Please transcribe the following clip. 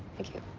thank you.